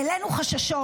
העלינו חששות,